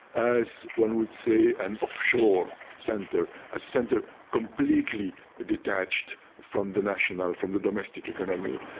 as one would say, an offshore centre, a centre completely detached from the national, from the domestic economy,